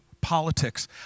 politics